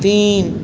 तीन